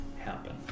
happen